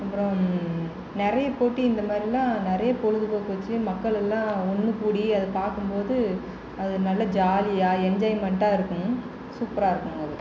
அப்புறம் நிறைய போட்டி இந்த மாதிரிலாம் நிறைய பொழுது போக்கு வச்சு மக்களெலாம் ஒன்று கூடி அதை பார்க்கும்போது அது நல்லா ஜாலியாக எஞ்ஜாய்மென்ட்டாக இருக்கும் சூப்பராக இருக்கும் அது